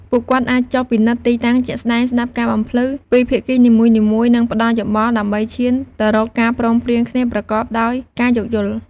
ពួកគាត់អាចចុះពិនិត្យទីតាំងជាក់ស្តែង ស្តាប់ការបំភ្លឺពីភាគីនីមួយៗ និងផ្តល់យោបល់ដើម្បីឈានទៅរកការព្រមព្រៀងគ្នាប្រកបដោយការយោគយល់។